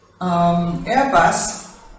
Airbus